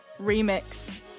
Remix